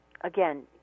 again